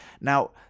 Now